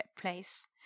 place